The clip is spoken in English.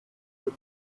good